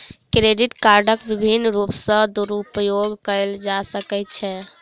credit कार्डक विभिन्न रूप सॅ दुरूपयोग कयल जा सकै छै